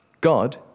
God